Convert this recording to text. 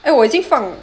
err 我已经放